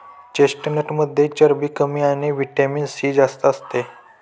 चेस्टनटमध्ये चरबी कमी आणि व्हिटॅमिन सी जास्त असते